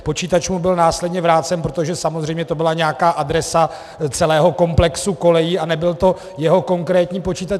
Počítač mu byl následně vrácen, protože samozřejmě to byla nějaká adresa celého komplexu kolejí a nebyl to jeho konkrétní počítač.